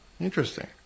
interesting